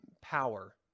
power